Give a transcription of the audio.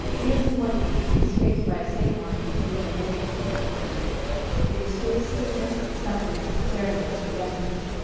in its appointments it escaped by a safe margin being of any particular period it escaped stiffness, stuffiness, bareness, and decadence.